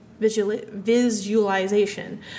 visualization